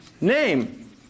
name